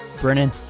brennan